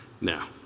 Now